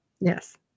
yes